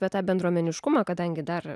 bet tą bendruomeniškumą kadangi dar